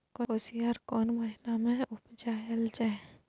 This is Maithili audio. कोसयार कोन महिना मे उपजायल जाय?